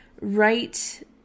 right